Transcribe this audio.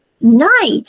Night